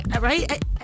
right